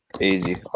Easy